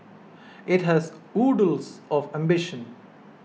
it has oodles of ambition